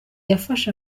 yafashe